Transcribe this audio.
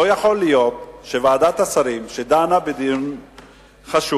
לא יכול להיות שוועדת השרים, שדנה בדיון חשוב,